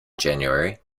january